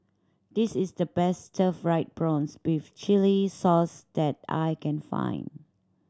this is the best fried prawns with chili sauce that I can find